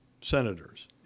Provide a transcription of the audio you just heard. senators